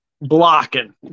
Blocking